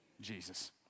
Jesus